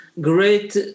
great